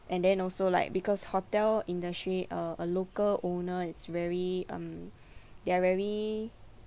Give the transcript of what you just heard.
and then also like because hotel industry uh a local owner is very um they're very